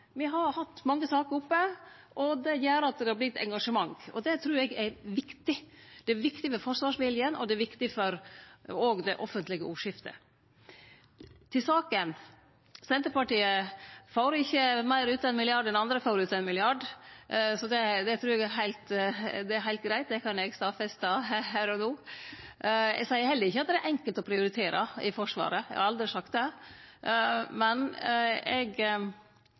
det vert eit engasjement, og det trur eg er viktig. Det er viktig for forsvarsviljen, og det er òg viktig for det offentlege ordskiftet. Til saka: Senterpartiet får ikkje meir ut av ein milliard enn andre får ut av ein milliard, så det er heilt greitt, det kan eg stadfeste her og no. Eg seier heller ikkje at det er enkelt å prioritere i Forsvaret. Eg har aldri sagt det. Men